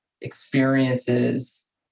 experiences